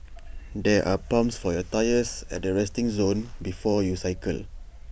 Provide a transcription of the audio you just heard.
there are pumps for your tyres at the resting zone before you cycle